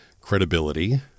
credibility